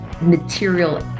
material